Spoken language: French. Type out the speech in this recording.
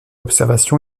observation